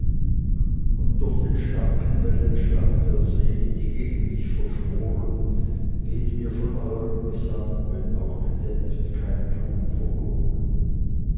und durch den starken wellenschlag der see die gegen mich verschworen geht mir von euerem gesang wenn auch gedämpft kein ton verloren